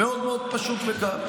פשוט מאוד וקל.